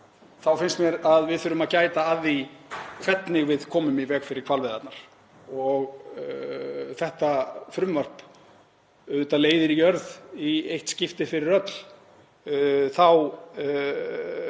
þá finnst mér að við þurfum að gæta að því hvernig við komum í veg fyrir hvalveiðarnar. Þetta frumvarp auðvitað leiðir í jörð í eitt skipti fyrir öll þá